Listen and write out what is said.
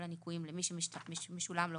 כל הניכויים למי שמשולם לו